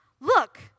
look